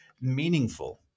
meaningful